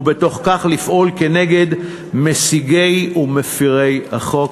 ובתוך כך לפעול כנגד מסיגי גבול ומפרי חוק.